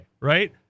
right